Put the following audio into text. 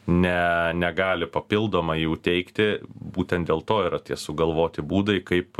ne negali papildomai jų teikti būtent dėl to yra tie sugalvoti būdai kaip